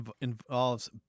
involves